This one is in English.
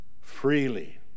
Freely